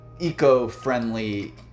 eco-friendly